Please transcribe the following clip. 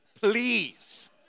please